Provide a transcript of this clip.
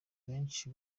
benshi